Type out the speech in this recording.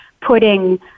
putting